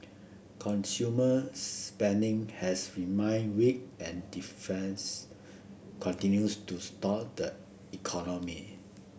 consumer spending has remained weak and defines continues to stalk the economy